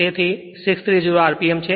તેથી આ 630 rpm છે